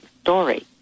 story